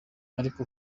ariko